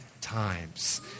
times